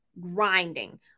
grinding